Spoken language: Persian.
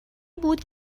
بود